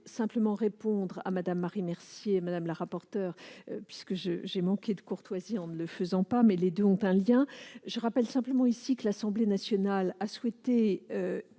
simplement répondre à Mme la rapporteure Marie Mercier, puisque j'ai manqué de courtoisie en ne le faisant pas, mais les deux sont liés. Je rappelle simplement que l'Assemblée nationale a souhaité